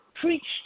Preach